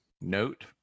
note